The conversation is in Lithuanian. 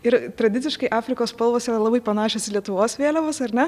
ir tradiciškai afrikos spalvos yra labai panašios į lietuvos vėliavos ar ne